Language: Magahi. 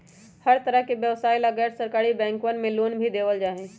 हर तरह के व्यवसाय ला गैर सरकारी बैंकवन मे लोन भी देवल जाहई